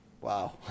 Wow